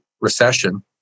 Recession